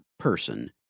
Person